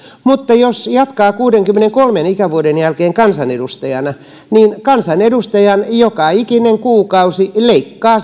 mutta jos jatkaa kuudenkymmenenkolmen ikävuoden jälkeen kansanedustajana niin kansanedustajan joka ikinen kuukausi leikkaa